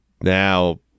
Now